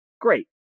Great